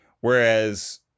whereas